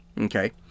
Okay